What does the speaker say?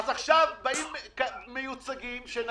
אז עכשיו באים מיוצגים -- אני פשוט לא מצליח להבין את העניין הזה.